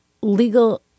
legal